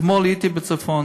אתמול הייתי בצפון,